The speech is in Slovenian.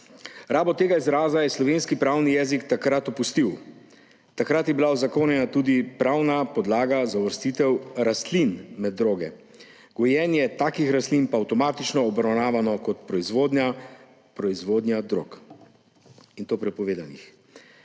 Rabo tega izraza je slovenski pravni jezik takrat opustil. Takrat je bila uzakonjena tudi pravna podlaga za uvrstitev rastlin med droge, gojenje takih rastlin pa avtomatično obravnavano kot proizvodnja drog, in to prepovedanih.